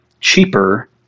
cheaper